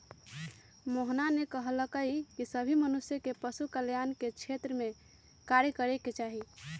मोहना ने कहल कई की सभी मनुष्य के पशु कल्याण के क्षेत्र में कार्य करे के चाहि